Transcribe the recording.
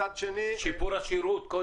שיפור השירות קודם.